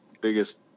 biggest